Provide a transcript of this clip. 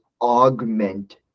augment